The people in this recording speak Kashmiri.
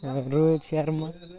روحِت شرما